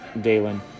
Dalen